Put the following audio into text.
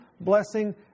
blessing